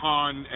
Han